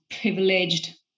privileged